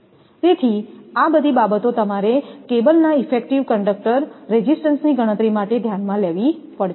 તેથી આ બધી બાબતો તમારે કેબલના ઇફેક્ટિવ કંડકટર રેઝિસ્ટન્સ ની ગણતરી માટે ધ્યાનમાં લેવી પડશે